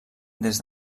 des